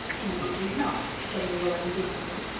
indeed he's not, said marila indignantly.